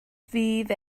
fydd